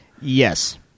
Yes